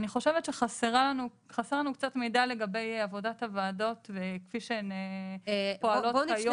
אני חושבת שחסר לנו קצת מידע לגבי עבודת הוועדות כפי שהן פועלות כיום.